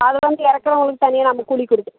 அது வந்து இறக்குறவங்களுக்கு தனியாக நம்ம கூலி குடுக்க